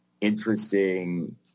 interesting